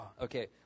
Okay